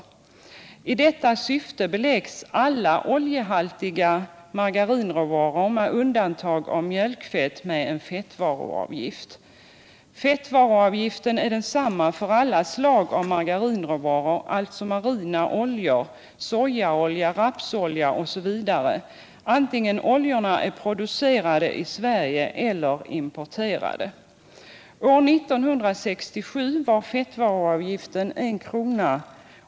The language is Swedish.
I detta syfte beläggs alla oljehaltiga margarinråvaror, med undantag av mjölkfett, med en fettvaruavgift. Fettvaruavgiften är densamma för alla slag av margarinråvaror, alltså marina oljor, sojaolja, rapsolja m.fl., vare sig oljorna är producerade i Sverige eller är importerade. År 1967 var fettvaruavgiften 1:00 kr.